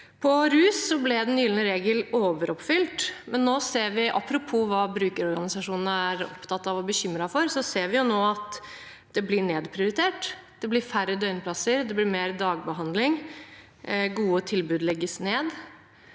På rus ble den gylne regel overoppfylt. Apropos hva brukerorganisasjonene er opptatt av og bekymret for, ser vi nå at det blir nedprioritert. Det blir færre døgnplasser, det blir mer dagbehandling, og gode til